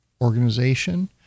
organization